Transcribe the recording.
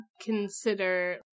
consider